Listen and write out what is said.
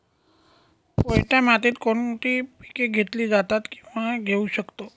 पोयटा मातीत कोणती पिके घेतली जातात, किंवा घेऊ शकतो?